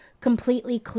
completely